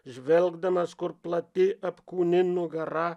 žvelgdamas kur plati apkūni nugara